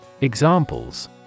Examples